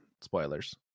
spoilers